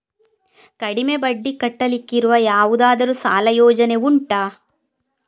ಕಡಿಮೆ ಬಡ್ಡಿ ಕಟ್ಟಲಿಕ್ಕಿರುವ ಯಾವುದಾದರೂ ಸಾಲ ಯೋಜನೆ ಉಂಟಾ